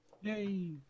yay